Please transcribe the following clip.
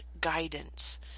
guidance